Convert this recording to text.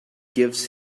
gives